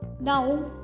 Now